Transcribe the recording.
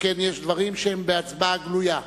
שכן יש דברים שהם בהצבעה גלויה,